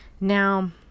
Now